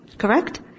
correct